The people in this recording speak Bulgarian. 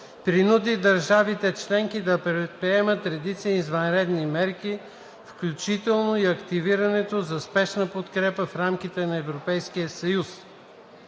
принуди държавите членки да предприемат редица извънредни мерки, включително и активирането на спешна подкрепа в рамките на Европейския съюз.